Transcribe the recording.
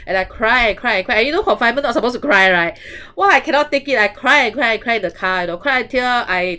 and I cry and cry and cry and you know confinement not supposed to cry right !wah! I cannot take it I cry and cry and cry in the car you know cry until I